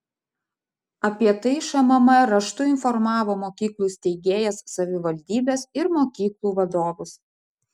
apie tai šmm raštu informavo mokyklų steigėjas savivaldybes ir mokyklų vadovus